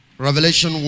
Revelation